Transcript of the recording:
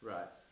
Right